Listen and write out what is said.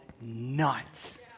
nuts